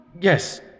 Yes